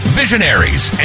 visionaries